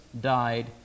died